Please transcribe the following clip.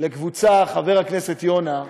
לקבוצה, חבר הכנסת יונה,